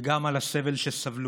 וגם על הסבל שסבלו.